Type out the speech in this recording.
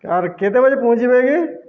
ଆର୍ କେତେ ବଜେ ପହଞ୍ଚିବେ ଆଜ୍ଞା